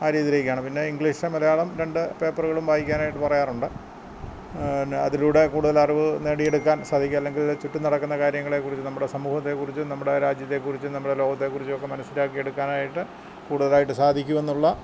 ആ രീതിയിലേക്കാണ് പിന്നെ ഇംഗ്ലീഷ് മലയാളം രണ്ട് പേപ്പറുകളും വായിക്കാനായിട്ട് പറയാറുണ്ട് ന്നെ അതിലൂടെ കൂടുതലറിവ് നേടിയെടുക്കാൻ സാധിക്കും അല്ലെങ്കിൽ ചുറ്റും നടക്കുന്ന കാര്യങ്ങളെ കുറിച്ച് നമ്മുടെ സമൂഹത്തെ കുറിച്ച് നമ്മുടെ രാജ്യത്തെക്കുറിച്ചും നമ്മുടെ ലോകത്തെ കുറിച്ചുമൊക്കെ മനസിലാക്കിയെടുക്കാനായിട്ട് കൂടുതലായിട്ട് സാധിക്കുമെന്നുള്ള